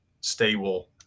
stable